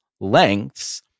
lengths